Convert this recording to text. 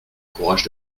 courage